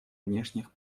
внешних